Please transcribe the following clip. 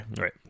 Right